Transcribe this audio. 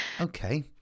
Okay